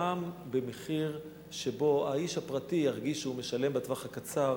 גם במחיר שבו האיש הפרטי ירגיש שהוא משלם בטווח הקצר.